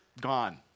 gone